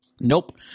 nope